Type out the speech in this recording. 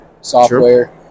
software